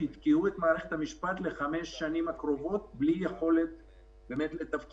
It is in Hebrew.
שיתקעו את מערכת המשפט לחמש השנים הקרובות בלי יכולת לתפקד.